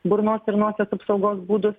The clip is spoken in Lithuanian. burnos ir nosies apsaugos būdus